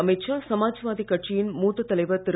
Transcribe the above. அமீத் ஷா சமாஜ்வாதி கட்சியின் மூத்த தலைவர் திரு